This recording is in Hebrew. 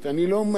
אני לא מאמין,